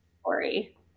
story